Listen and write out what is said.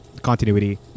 continuity